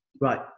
right